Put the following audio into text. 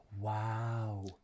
Wow